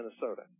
Minnesota